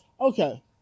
Okay